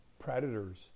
Predators